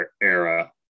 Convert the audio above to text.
era